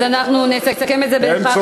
אז אנחנו נסכם את זה, אין צורך או בעיה.